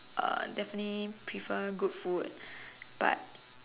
uh definitely prefer good food but